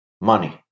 money